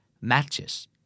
Matches